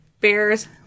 Bear's